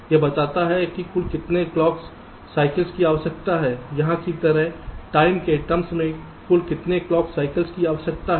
यह बताता है कि कुल कितने क्लॉक साइकिल्स की आवश्यकता है यहां की तरह टाइम के टर्म्स मे कुल कितने क्लॉक साइकिल्स की आवश्यकता है